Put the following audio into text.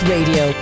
Radio